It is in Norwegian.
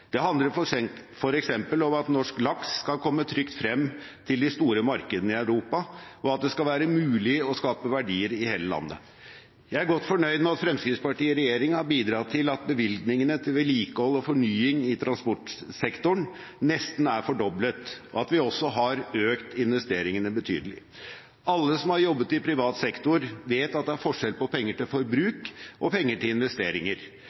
Det handler f.eks. om at norsk laks skal komme trygt frem til de store markedene i Europa, og at det skal være mulig å skape verdier i hele landet. Jeg er godt fornøyd med at Fremskrittspartiet i regjering har bidratt til at bevilgningene til vedlikehold og fornying i transportsektoren nesten er fordoblet, og at vi også har økt investeringene betydelig. Alle som har jobbet i privat sektor, vet at det er forskjell på penger til forbruk og penger til investeringer,